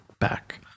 back